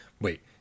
Wait